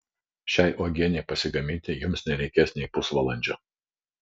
šiai uogienei pasigaminti jums nereikės nei pusvalandžio